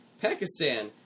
Pakistan